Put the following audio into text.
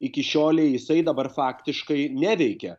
iki šiolei jisai dabar faktiškai neveikia